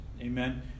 Amen